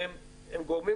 והם גורמים